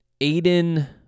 Aiden